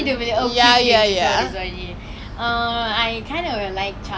she very funny I always crack up you know at three A_M I'll be watching and I'll be laughing eh